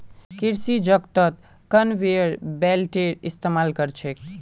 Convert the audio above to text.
कृषि जगतत कन्वेयर बेल्टेर इस्तमाल छेक